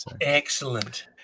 Excellent